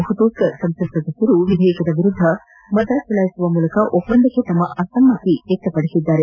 ಬಹುತೇಕ ಸಂಸತ್ ಸದಸ್ಯರು ವಿಧೇಯಕದ ವಿರುದ್ಧ ಮತ ಚಲಾಯಿಸುವ ಮೂಲಕ ಒಪ್ಪಂದಕ್ಕೆ ತಮ್ಮ ಅಸಮ್ಮತಿ ವ್ಯಕ್ತಪಡಿಸಿದ್ದಾರೆ